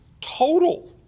Total